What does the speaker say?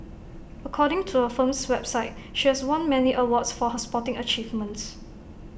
according to her firm's website she has won many awards for her sporting achievements